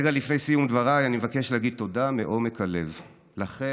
רגע לפני סיום דבריי אני מבקש להגיד תודה מעומק הלב לכם,